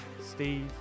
Steve